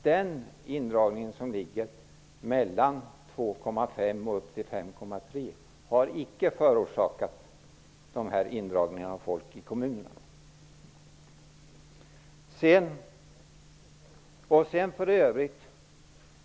Den indragning som ligger mellan 2,5 och 5,3 har icke förorsakat neddragningar av antalet anställda i kommunerna.